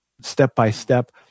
step-by-step